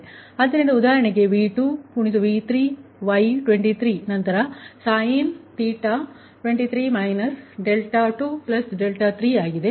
ಆದ್ದರಿಂದ ಇದು ಉದಾಹರಣೆಗೆ V2V3Y23ನಂತರ 23 23 ಆಗಿದೆ